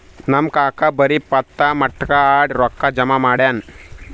ನಮ್ ಕಾಕಾ ಬರೇ ಪತ್ತಾ, ಮಟ್ಕಾ ಆಡಿ ರೊಕ್ಕಾ ಜಮಾ ಮಾಡ್ತಾನ